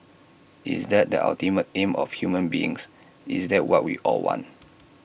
is that the ultimate aim of human beings is that what we all want